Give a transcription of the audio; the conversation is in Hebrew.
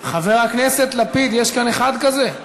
חבר הכנסת לפיד, יש כאן אחד כזה?